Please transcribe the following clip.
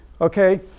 okay